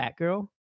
Batgirl